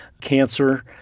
cancer